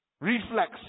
reflex